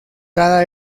cada